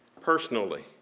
personally